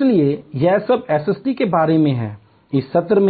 इसलिए यह सब एसएसटी के बारे में है इस सत्र